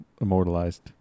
immortalized